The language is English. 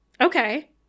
okay